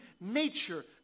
nature